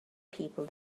people